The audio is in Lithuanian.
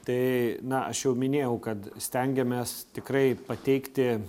tai na aš jau minėjau kad stengiamės tikrai pateikti